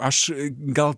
aš gal